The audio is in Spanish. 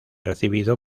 recibido